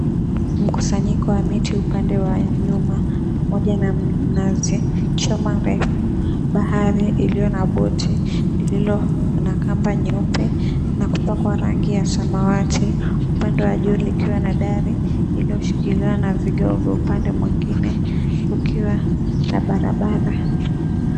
Mkusanyiko wa miti upande wa nyuma pamoja na mnazi, chuma refu, bahari iliyo na boti lililo na kamba nyeupe na kupakwa rangi ya samawati, upande wa juu likiwa na dari iliyoshikiliwa na vigae vya upande mwingine ukiwa na barabara.